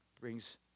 Brings